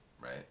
right